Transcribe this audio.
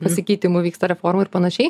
pasikeitimų vyksta reformų ir panašiai